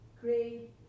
great